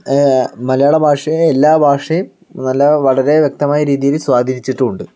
മലയാളഭാഷയെ എല്ലാ ഭാഷയും നല്ല വളരെ വ്യക്തമായ രീതിയിൽ സ്വാധീനിച്ചിട്ടുമുണ്ട്